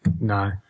no